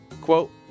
quote